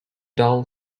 dull